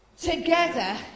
together